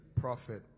prophet